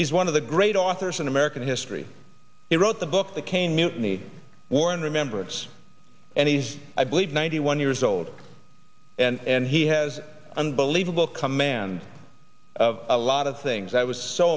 is one of the great authors in american history he wrote the book the caine mutiny war and remember it's and he's i believe ninety one years old and he has unbelievable command of a lot of things i was so